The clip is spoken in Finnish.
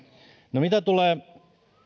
mitä tulee